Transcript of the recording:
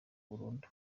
burundu